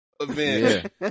event